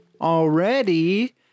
already